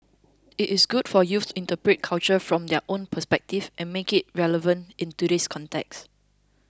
it is good for youth to interpret culture from their own perspective and make it relevant in today's context